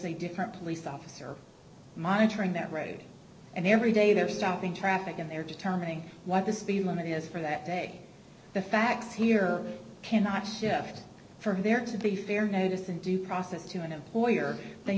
a different police officer monitoring that road and every day they're stopping traffic and they're determining what the speed limit is for that day the facts here cannot shift from there to be fair notice and due process to an employer they